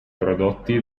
prodotti